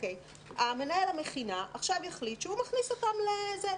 מנהל המכינה יחליט עכשיו שהוא מכניס אותם לסגר.